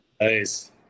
Nice